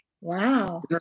Wow